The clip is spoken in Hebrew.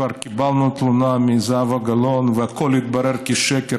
כבר קיבלנו תלונה מזהבה גלאון והכול התברר כשקר,